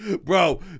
Bro